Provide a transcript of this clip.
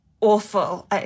awful